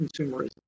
consumerism